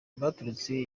baturutse